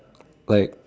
like